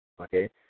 Okay